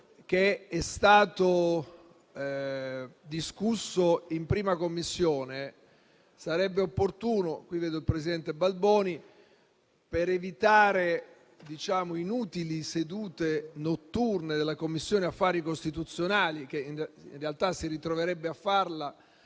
che è stato discusso in 1a Commissione. Sarebbe quindi opportuno - vedo il presidente Balboni - evitare inutili sedute notturne della Commissione affari costituzionali, che si ritroverebbe a farle